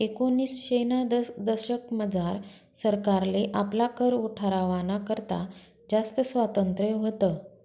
एकोनिसशेना दशकमझार सरकारले आपला कर ठरावाना करता जास्त स्वातंत्र्य व्हतं